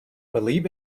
believe